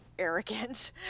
arrogant